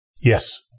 Yes